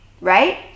right